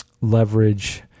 leverage